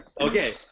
Okay